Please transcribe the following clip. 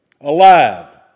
alive